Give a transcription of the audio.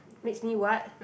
makes me what